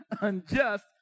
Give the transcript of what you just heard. unjust